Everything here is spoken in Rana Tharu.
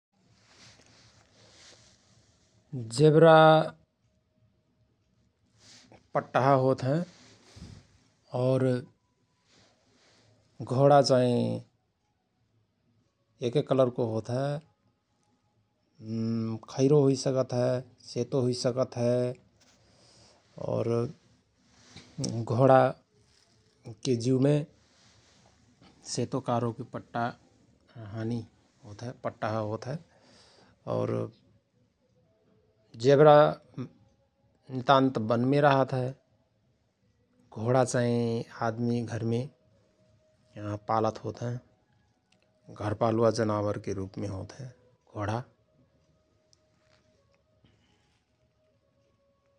जेब्रा पट्टहा होत हयं । और घोणा चाईं एकए करलको होत हय । खैरो हुई सकत हय, सेतो हुई सकत हय । और घोणाके ज्युमे सेतो कारोको पट्टा हानी होत हय उट्टहा होत हय । जेब्रा नितान्त बनमे रहत हय, घोणा चाईं आदमी घरमे पालत होत हयं । घरपालुवा जनावरके रुपमे होत हयं घोणा ।